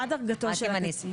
מה דרגתו של הקצין?